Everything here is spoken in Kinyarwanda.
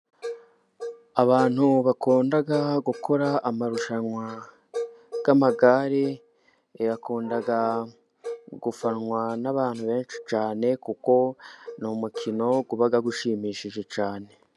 Abantu bakunda gukora amarushanwa y'amagare, baakunda gufanwa n'abantu benshi cyane, kuko ni umukino uba ushimishije cyane.